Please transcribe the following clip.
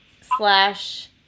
slash